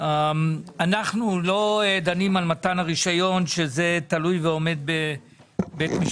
ואנחנו גם לא דנים על הנושא הסביבתי שצריך להידון בוועדת הפנים,